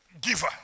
giver